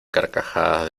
carcajadas